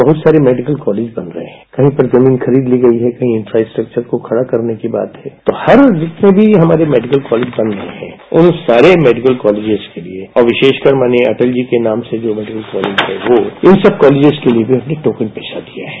बहुत सारे medical college बन गये हैं कही पर जमीन खरीद ली गई है खाली इंफ्रास्ट्रेक्चर को खड़ा करने की बात है तो हम जितने भी हमारे मेडिकल कॉलेज बन रहे है उन सारे मेडिकल कॉलेज के लिये और विशेषकर माननीय अटल जी के नाम से जो मेडिकल कॉलेज है वह उन सब कॉलेजों के लिये भी हमने टोकर पैसा दिया है